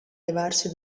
levarsi